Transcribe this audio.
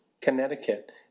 Connecticut